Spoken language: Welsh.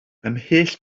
ymhell